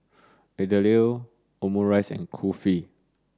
Idili Omurice and Kulfi